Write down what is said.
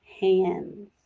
hands